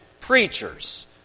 preachers